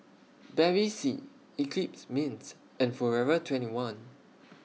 Bevy C Eclipse Mints and Forever twenty one